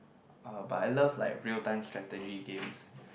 uh but I love like real time strategy games